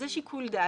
זה שיקול דעת.